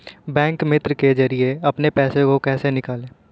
Bank मित्र के जरिए अपने पैसे को कैसे निकालें?